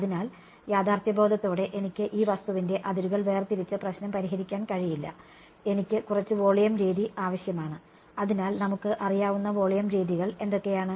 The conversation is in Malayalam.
അതിനാൽ യാഥാർത്ഥ്യബോധത്തോടെ എനിക്ക് ഈ വസ്തുവിന്റെ അതിരുകൾ വേർതിരിച്ച് പ്രശ്നം പരിഹരിക്കാൻ കഴിയില്ല എനിക്ക് കുറച്ച് വോളിയം രീതി ആവശ്യമാണ് അതിനാൽ നമുക്ക് അറിയാവുന്ന വോളിയം രീതികൾ എന്തൊക്കെയാണ്